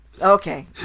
okay